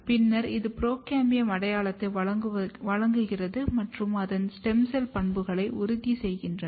பின்னர் இது புரோகாம்பியம் அடையாளத்தை வழங்குகிறது மற்றும் அதன் ஸ்டெம் செல் பண்புகளை உறுதி செய்கிறது